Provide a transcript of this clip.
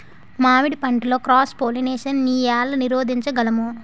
మామిడి పంటలో cross pollination నీ ఏల నీరోధించగలము?